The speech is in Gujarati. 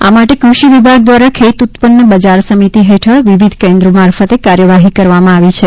આ માટે કૃષિ વિભાગ દ્વારા ખેતઉત્પન્ન બજાર સમિતિ હેઠળ વિવિધ કેન્દ્રો મારફતે કાર્યવાહિ કરવામાં આવી છે